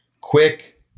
quick